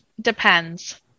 depends